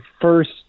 first